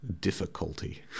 difficulty